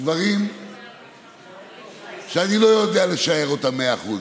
דברים שאני לא יודע לשער אותם במאה אחוז.